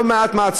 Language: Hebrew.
לא מעט